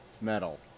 Metal